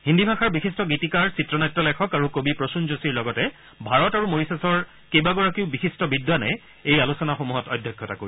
হিন্দী ভাষাৰ বিশিষ্ট গীতিকাৰ চিত্ৰনাট্য লেখক আৰু কবি প্ৰসুন যোশীৰ লগতে ভাৰত আৰু মৰিছাছৰ কেবাগৰাকীও বিশিষ্ট বিদ্বানে এই আলোচনাসমূহত অধ্যক্ষতা কৰিব